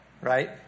right